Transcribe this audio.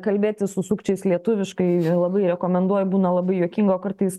kalbėtis su sukčiais lietuviškai labai rekomenduoju būna labai juokinga kartais